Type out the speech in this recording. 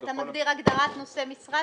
וכל --- אתה מגדיר הגדרת "נושא משרה"